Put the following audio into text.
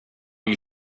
you